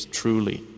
truly